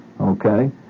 Okay